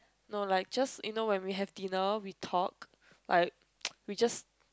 no like just you know when we have dinner we talk like we just